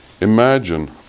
Imagine